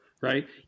right